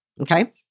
Okay